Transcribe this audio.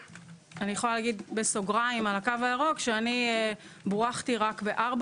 ואני יכולה להגיד בסוגריים על "הקו הירוק" שאני בורכתי רק בארבע